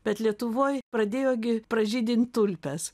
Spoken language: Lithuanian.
bet lietuvoj pradėjo gi pražydint tulpes